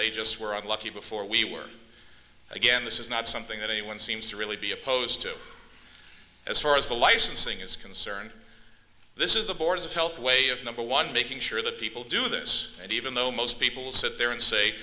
they just were unlucky before we were again this is not something that anyone seems to really be opposed to as far as the licensing is concerned this is the boards of health way of number one making sure that people do this and even though most people sit there and say